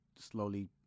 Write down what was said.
Slowly